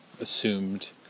assumed